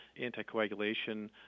anticoagulation